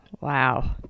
Wow